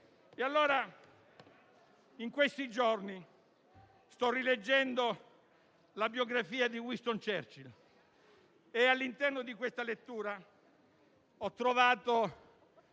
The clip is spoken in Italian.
In questi giorni sto rileggendo la biografia di Winston Churchill e all'interno di questa lettura ho trovato